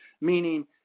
Meaning